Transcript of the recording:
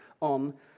on